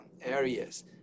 areas